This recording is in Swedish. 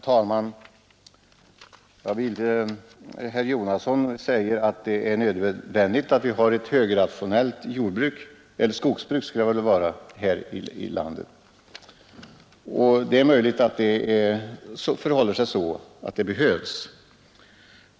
Herr talman! Herr Jonasson säger att vi måste ha ett högrationellt skogsbruk i landet, och det är möjligt att det behövs.